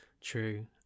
true